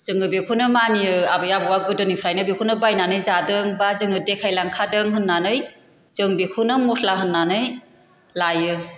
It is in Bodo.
जोङो बेखौनो मानियो आबै आबौआ गोदोनिफ्राइनो बेखौनो बायनानै जादों बा जोंनो देखायलांखादों होनानै जों बेखौनो मस्ला होन्नानै लायो